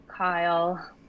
Kyle